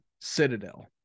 Citadel